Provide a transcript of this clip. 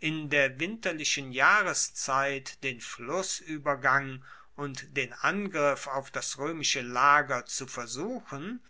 in der winterlichen jahreszeit den flussuebergang und den angriff auf das roemische lager zu versuchen